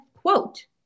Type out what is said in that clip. quote